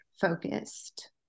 focused